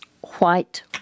white